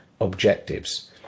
objectives